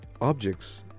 objects